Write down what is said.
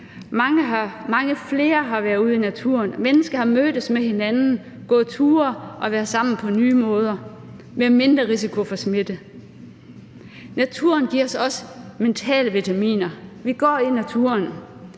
Mange flere har været ude i naturen; mennesker har mødtes med hinanden, gået ture og været sammen på nye måder med mindre risiko for smitte. Naturen giver os også mentale vitaminer. Vi går i naturen;